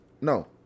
No